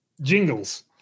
Jingles